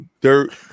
Dirt